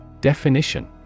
Definition